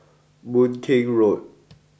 Boon Keng Road